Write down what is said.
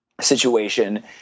situation